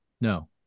No